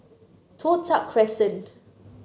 Toh Tuck Crescent